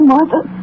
Mother